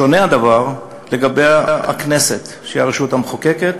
שונה הדבר לגבי הכנסת, שהיא הרשות המחוקקת,